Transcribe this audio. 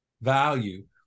value